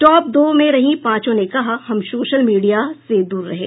top दो में रहीं पांचों ने कहा हम सोशल मीडिया से दूर रहें